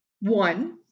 one